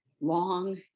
long